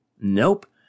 Nope